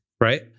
Right